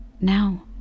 Now